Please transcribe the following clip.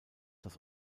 das